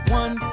one